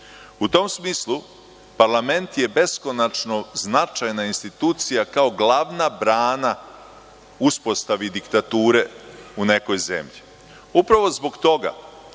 U tom smislu, parlament je beskonačno značajna institucija, kao glavna brana uspostavi diktature u nekoj zemlji. Upravo zbog toga